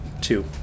Two